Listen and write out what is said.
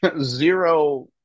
zero